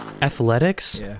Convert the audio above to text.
athletics